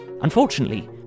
Unfortunately